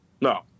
No